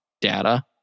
data